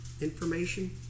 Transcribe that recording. information